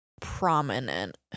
prominent